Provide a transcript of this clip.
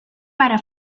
para